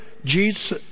Jesus